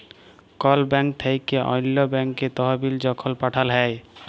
call bank থ্যাইকে অল্য ব্যাংকে তহবিল যখল পাঠাল হ্যয়